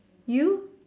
you